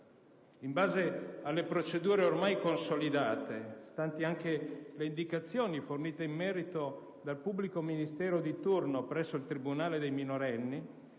In base alle procedure ormai consolidate, stanti anche le indicazioni fornite in merito dal pubblico ministero di turno presso il tribunale per i minorenni,